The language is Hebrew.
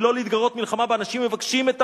ולא להתגרות מלחמה באנשים המבקשים את